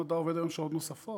המדע עובד היום שעות נוספות.